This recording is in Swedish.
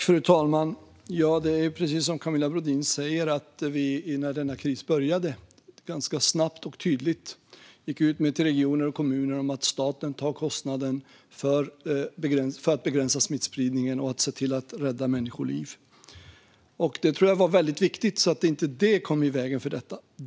Fru talman! Det är precis som Camilla Brodin säger: När denna kris började gick vi ganska snabbt och tydligt ut till regioner och kommuner med att staten tar kostnaden för att begränsa smittspridningen och se till att rädda människoliv. Det tror jag var väldigt viktigt, så att inte det kom i vägen för detta.